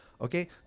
okay